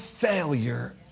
failure